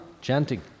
chanting